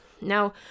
Now